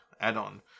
add-on